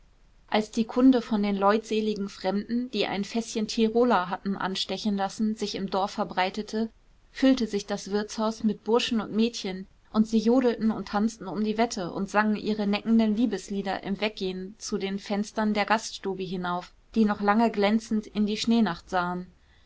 als die kunde von den leutseligen fremden die ein fäßchen tiroler hatten anstechen lassen sich im dorf verbreitete füllte sich das wirtshaus mit burschen und mädchen und sie jodelten und tanzten um die wette und sangen ihre neckenden liebeslieder im weggehen zu den fenstern der gaststube hinauf die noch lange glänzend in die schneenacht sahen